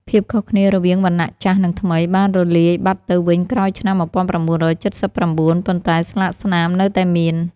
ភាពខុសគ្នារវាងវណ្ណៈចាស់ និងថ្មី បានរលាយបាត់ទៅវិញក្រោយឆ្នាំ ១៩៧៩ ប៉ុន្តែស្លាកស្នាមនៅតែមាន។